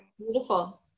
Beautiful